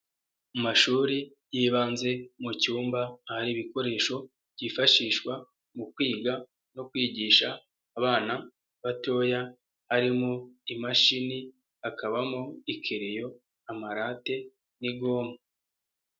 Amashuri y'ibanze mu cyumba hari ibikoresho byifashishwa mu kwiga no kwigisha abana batoya harimo: imashini, hakabamo ikereyo, amarate n'igomwa.